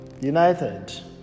united